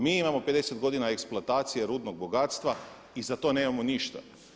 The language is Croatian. Mi imamo 50 godina eksploatacije rudnog bogatstva i za to nemamo ništa.